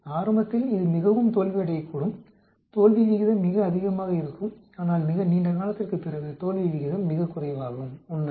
ஆரம்பத்தில் இது மிகவும் தோல்வியடையக்கூடும் தோல்வி விகிதம் மிக அதிகமாக இருக்கும் ஆனால் மிக நீண்ட காலத்திற்குப் பிறகு தோல்வி விகிதம் மிகக் குறைவாகும் உண்மையில்